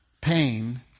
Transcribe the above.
Pain